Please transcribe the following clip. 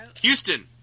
Houston